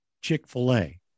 chick-fil-a